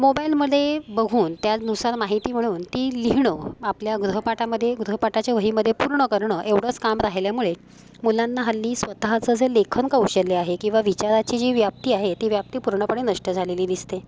मोबाईलमध्ये बघून त्यानुसार माहिती मिळवून ती लिहिणं आपल्या गृहपाठामध्ये गृहपाठाच्या वहीमध्ये पूर्ण करणं एवढंच काम राहिल्यामुळे मुलांना हल्ली स्वतःचं जे लेखनकौशल्य आहे किंवा विचाराची जी व्याप्ती आहे ती व्याप्ती पूर्णपणे नष्ट झालेली दिसते